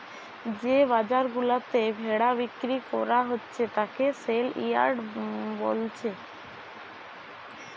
যে বাজার গুলাতে ভেড়া বিক্রি কোরা হচ্ছে তাকে সেলইয়ার্ড বোলছে